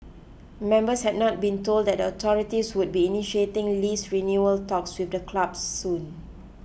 members had not been told that the authorities would be initiating lease renewal talks with the club soon